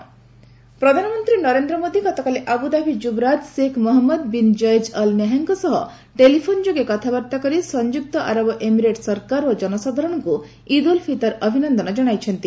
India UAE ପ୍ରଧାନମନ୍ତ୍ରୀ ନରେନ୍ଦ୍ର ମୋଦୀ ଗତକାଲି Abu Dhabi ଯୁବରାଜ Sheikh Mohammed bin Zayed Al ନାହିୟାଂଙ୍କ ସହ ଟେଲିଫୋନ୍ ଯୋଗେ କଥାବାର୍ତ୍ତା କରି ସଂଯୁକ୍ତ ଆରବ ଏମିରେଟ୍ ସରକାର ଓ ଜନସାଧାରଣଙ୍କୁ ଇଦ୍ ଉଲ୍ ଫିତର ଅଭିନନ୍ଦନ ଜଣାଇଛନ୍ତି